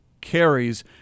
carries